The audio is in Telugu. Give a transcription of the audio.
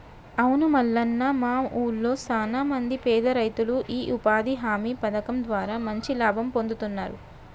అవును మల్లన్న మా ఊళ్లో సాన మంది పేద రైతులు ఈ ఉపాధి హామీ పథకం ద్వారా మంచి లాభం పొందుతున్నారు